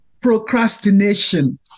procrastination